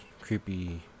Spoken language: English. creepy